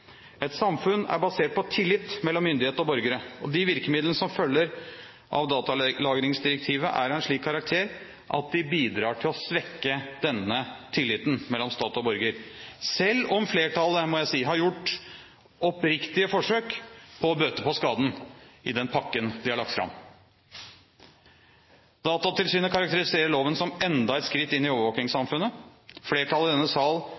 Et samfunn er basert på tillit mellom myndighet og borgere. De virkemidlene som følger av datalagringsdirektivet, er av en slik karakter at de bidrar til å svekke denne tilliten mellom stat og borger, selv om jeg må si at flertallet har gjort oppriktige forsøk på å bøte på skaden i den pakken de har lagt fram. Datatilsynet karakteriserer loven som enda et skritt inn i overvåkningssamfunnet. Flertallet i denne sal